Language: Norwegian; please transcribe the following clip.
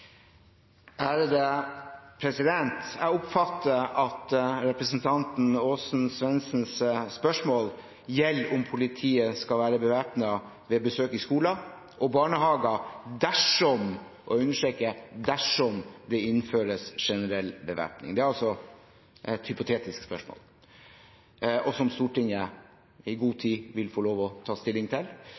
Jeg oppfatter at representanten Aasen-Svensruds spørsmål gjelder om politiet skal være bevæpnet ved besøk i skoler og barnehager dersom – og jeg understreker dersom – det innføres generell bevæpning. Det er altså et hypotetisk spørsmål, som Stortinget i god tid vil få lov til å ta stilling til.